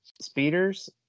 speeders